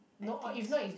I think so